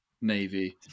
Navy